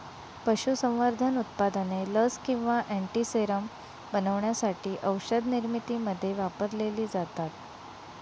पशुसंवर्धन उत्पादने लस किंवा अँटीसेरम बनवण्यासाठी औषधनिर्मितीमध्ये वापरलेली जातात